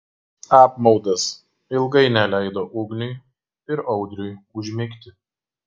apmaudas ilgai neleido ugniui ir audriui užmigti